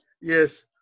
yes